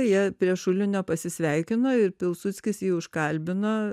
jie prie šulinio pasisveikino ir pilsudskis jį užkalbino